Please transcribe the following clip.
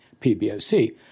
PBOC